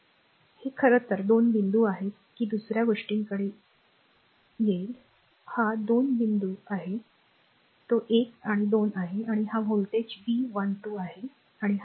हे खरं तर 2 बिंदू आहे की दुसर्या गोष्टीकडे येईल हा 2 बिंदू आहे तो 1 आणि 2 आहे आणि हा व्होल्टेज व्ही 12 आहे आणि हा दिवा आहे